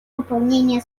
выполнения